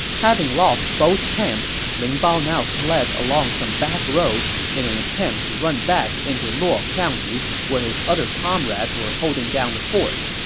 having lost both camps, ling bao now fled along some backroads in an attempt to run back into luo county, where his other comrades were holding down the fort.